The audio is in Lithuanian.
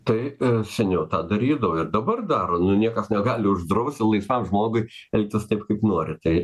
taip seniau tą darydavo ir dabar daro niekas negali uždrausti laisvam žmogui elgtis taip kaip nori tai